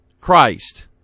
Christ